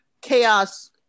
chaos